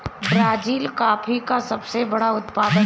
Brazil coffee का सबसे बड़ा उत्पादक देश है